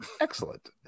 excellent